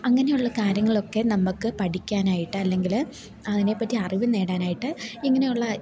അങ്ങനെയുള്ള കാര്യങ്ങളൊക്കെ നമുക്ക് പഠിക്കാനായിട്ട് അല്ലെങ്കില് അതിനെപ്പറ്റി അറിവ് നേടാനായിട്ട് ഇങ്ങനെയുള്ള